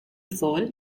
fall